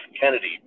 Kennedy